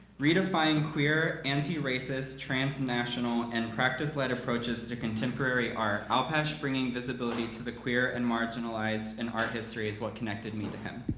redefine queer, anti-racist, transnational, and practice-led approaches to contemporary art, alpesh bringing visibility to the queer and marginalized in art history is what connected me to him.